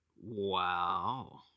Wow